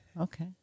Okay